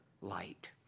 light